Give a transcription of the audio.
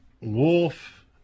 Wolf